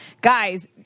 guys